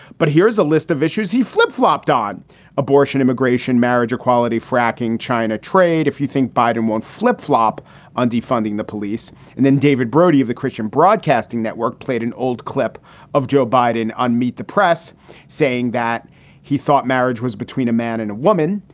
but here's a list of issues he flip flopped on abortion, immigration, marriage equality, fracking, china, trade, if you think biden won't flip flop on defunding the police. and then david brody of the christian broadcasting network played an old clip of joe biden on meet the press saying that he thought marriage was between a man and a woman.